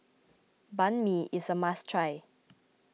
Banh Mi is a must try